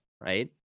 right